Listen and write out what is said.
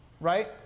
right